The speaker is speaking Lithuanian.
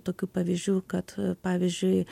tokių pavyzdžių kad pavyzdžiui